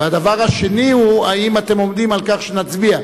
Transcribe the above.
והדבר השני הוא, האם אתם עומדים על כך שנצביע?